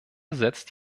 setzt